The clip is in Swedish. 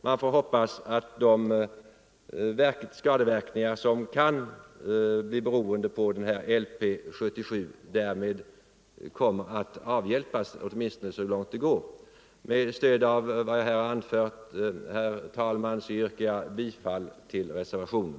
Man får hoppas att de skadeverkningar som kan bli följden av LP 77 därmed kommer att avhjälpas, åtminstone så långt det går. Med stöd av vad jag här har anfört, herr talman, yrkar jag bifall till reservationen.